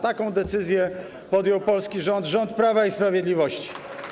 Taką decyzję podjął polski rząd, rząd Prawa i Sprawiedliwości.